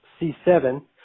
C7